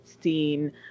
seen